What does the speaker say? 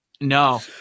No